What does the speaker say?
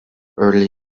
early